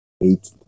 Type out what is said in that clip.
eight